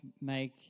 make